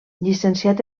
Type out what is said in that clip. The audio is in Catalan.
llicenciat